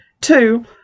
Two